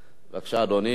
בבקשה, אדוני.